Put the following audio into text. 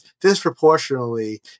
disproportionately